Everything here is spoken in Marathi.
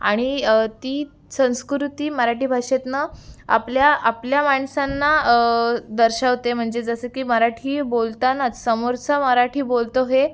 आणि ती संस्कृती मराठी भाषेतनं आपल्या आपल्या माणसांना दर्शवते म्हणजे जसं की मराठी बोलतानाच समोरचा मराठी बोलतो हे